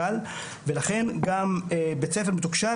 ולכן גם בית ספר מתוקשב,